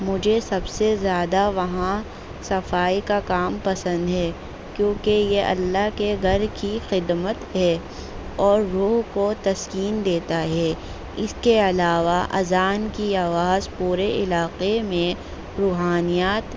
مجھے سب سے زیادہ وہاں صفائی کا کام پسند ہے کیونکہ یہ اللہ کے گھر کی خدمت ہے اور روح کو تسکین دیتا ہے اس کے علاوہ اذان کی آواز پورے علاقے میں روحانیت